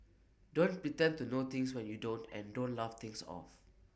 don't pretend to know things when you don't and don't laugh things off